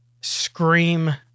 scream